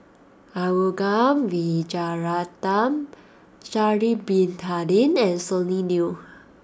Arumugam Vijiaratnam Sha'ari Bin Tadin and Sonny Liew